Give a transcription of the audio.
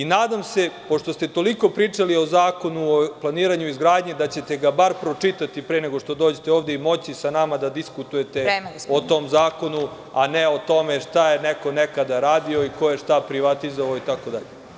Nadam se, pošto ste toliko pričali o Zakonu o planiranju i izgradnji, daćete ga bar pročitati pre nego što dođete ovde i da ćete moći sa nama da diskutujete o tom zakonu, a ne o tome šta je neko nekada radio i ko je šta privatizovao itd.